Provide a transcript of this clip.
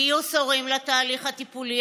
גיוס הורים לתהליך הטיפולי,